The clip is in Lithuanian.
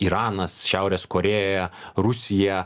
iranas šiaurės korėja rusija